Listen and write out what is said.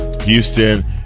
Houston